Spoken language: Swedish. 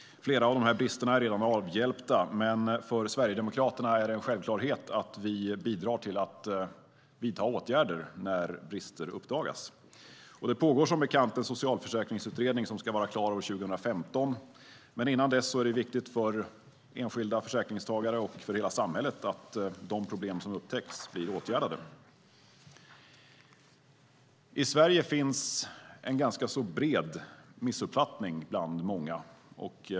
Flera av bristerna är redan avhjälpta, men för Sverigedemokraterna är det en självklarhet att vi bidrar till att vidta åtgärder när brister uppdagas. Det pågår som bekant en socialförsäkringsutredning som ska vara klar år 2015. Men innan dess är det viktigt för enskilda försäkringstagare och för hela samhället att de problem som upptäcks blir åtgärdade. I Sverige finns en ganska bred missuppfattning bland många.